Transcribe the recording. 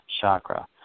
chakra